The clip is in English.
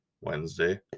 Wednesday